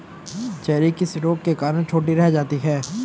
Cherry किस रोग के कारण छोटी रह जाती है?